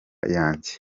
yanjye